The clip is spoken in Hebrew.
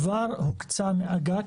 כבר הוקצה מאג"ת,